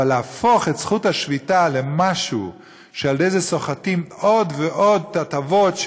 אבל להפוך את זכות שביתה למשהו שעל-ידי זה סוחטים עוד ועוד הטבות.